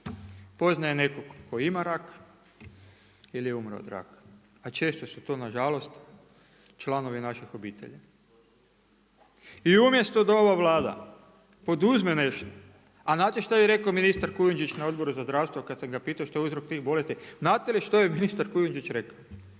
poznaje nekog tko ima rak ili je umro od raka, a često su to na žalost članovi naših obitelji. I umjesto da ova Vlada poduzme nešto, a znate što je rekao ministar Kujundžić na Odboru za zdravstvo kad sam ga pitao što je uzrok tih bolesti. Znate li što je ministar Kujundžić rekao?